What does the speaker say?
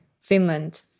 Finland